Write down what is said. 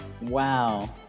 wow